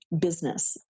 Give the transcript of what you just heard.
business